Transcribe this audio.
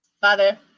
Father